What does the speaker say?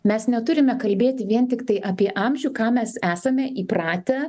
mes neturime kalbėti vien tiktai apie amžių ką mes esame įpratę